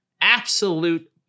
absolute